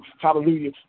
hallelujah